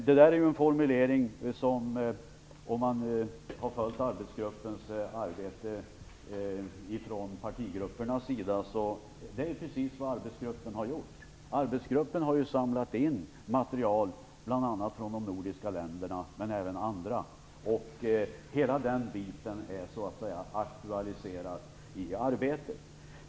Om man har följt arbetsgruppens arbete kan man konstatera att detta är precis vad gruppen har gjort. Gruppen har samlat in material, bl.a. från de nordiska länderna men även från andra länder, och hela den biten är så att säga aktualiserad i arbetet.